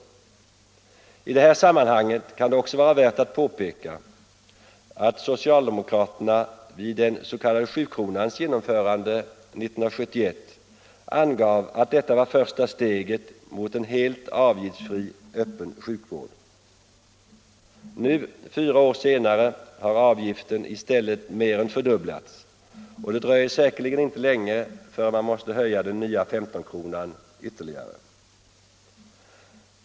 I det här sammanhanget kan det också vara värt att påpeka att socialdemokraterna vid den s.k. 7-kronans genomförande 1971 angav att detta var första steget mot en helt avgiftsfri öppen sjukvård. Nu, fyra år senare, har avgiften i stället mer än fördubblats, och det dröjer säkerligen inte länge förrän man måste höja den nya IS-kronan ytterligare.